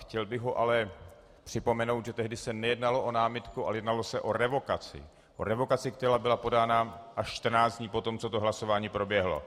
Chtěl bych mu ale připomenout, že tehdy se nejednalo o námitku, ale jednalo se o revokaci, o revokaci, která byla podána až 14 dní po tom, co to hlasování proběhlo.